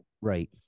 right